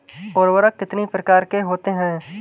उर्वरक कितनी प्रकार के होते हैं?